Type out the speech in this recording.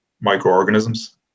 microorganisms